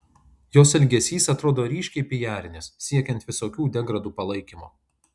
jos elgesys atrodo ryškiai pijarinis siekiant visokių degradų palaikymo